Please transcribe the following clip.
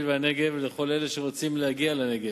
והנגב ולכל אלה שרוצים להגיע לנגב.